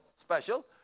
Special